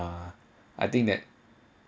uh I think that